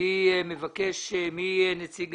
מי נציג